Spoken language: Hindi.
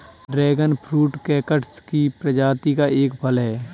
ड्रैगन फ्रूट कैक्टस की प्रजाति का एक फल है